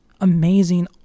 amazing